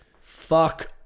Fuck